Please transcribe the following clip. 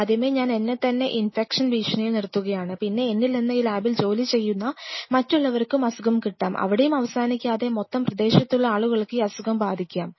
ആദ്യമേ ഞാൻ എന്നെത്തന്നെ ഇൻഫെക്ഷൻ ഭീഷണിയിൽ നിർത്തുകയാണ് പിന്നെ എന്നിൽ നിന്ന് ഈ ലാബിൽ ജോലി ചെയ്യുന്നു മറ്റുള്ളവർക്കും അസുഖം കിട്ടാം അവിടെയും അവസാനിക്കാതെ മൊത്തം പ്രദേശത്തുള്ള ആളുകൾക്ക് ഈ അസുഖം ബാധിക്കാം